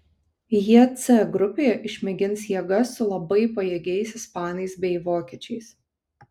jie c grupėje išmėgins jėgas su labai pajėgiais ispanais bei vokiečiais